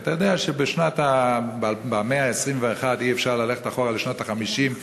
כי אתה יודע שבמאה ה-21 אי-אפשר ללכת אחורה לשנות ה-50,